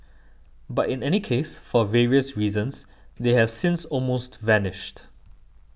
but in any case for various reasons they have since almost vanished